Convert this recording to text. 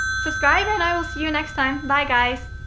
subscribe and i will see you next time! bye guys!